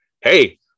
Hey